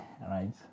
right